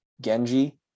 Genji